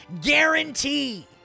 guarantee